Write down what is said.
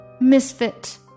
misfit